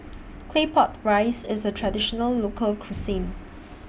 Claypot Rice IS A Traditional Local Cuisine